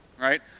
right